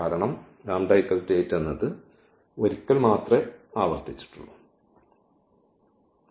കാരണം ഇത് ഒരിക്കൽ മാത്രം ആവർത്തിക്കുന്നതാണ്